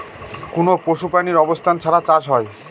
কোনো পশু প্রাণীর অবস্থান ছাড়া চাষ হয়